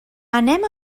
anem